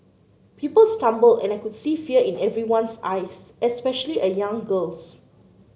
people stumbled and I could see fear in everyone's eyes especially a young girl's